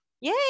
Yay